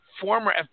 former